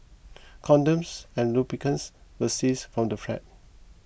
condoms and lubricants were seized from the flat